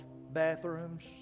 bathrooms